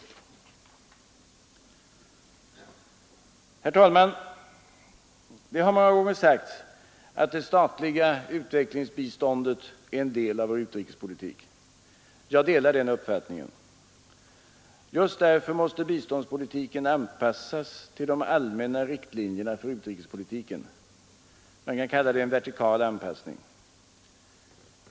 29 Herr talman! Det har många gånger sagts att det statliga utvecklingsbiståndet är en del av vår utrikespolitik. Jag delar den uppfattningen. Just därför måste biståndspolitiken anpassas till de allmänna riktlinjerna för utrikespolitiken. Man kan kalla det en vertikal anpassning.